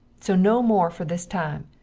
so no more fer this time.